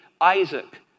Isaac